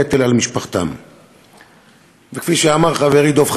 עוד פעם, קום, שב לידו, תסביר לו.